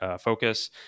focus